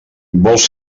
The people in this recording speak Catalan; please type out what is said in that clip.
vols